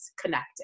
connected